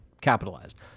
capitalized